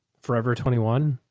forever twenty one.